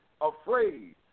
afraid